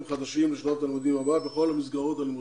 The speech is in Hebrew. חדשים לשנת הלימודים הבאה בכל המסגרות הלימודיות.